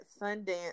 Sundance